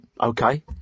okay